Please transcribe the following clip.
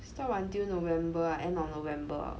stop until november end of november